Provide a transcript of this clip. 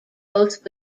both